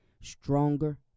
stronger